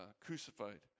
crucified